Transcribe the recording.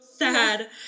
sad